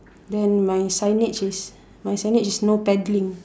then my signage is my signage is no paddling